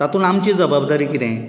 तातूंत आमची जबाबदारी कितें